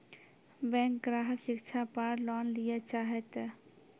Bank ग्राहक शिक्षा पार लोन लियेल चाहे ते?